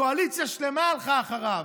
קואליציה שלמה הלכה אחריו.